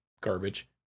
garbage